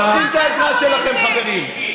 לא צריכים את העזרה שלכם, חברים.